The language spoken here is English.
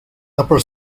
upper